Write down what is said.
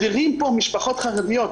מדירים כאן משפחות חרדיות,